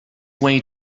way